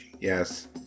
Yes